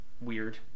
weird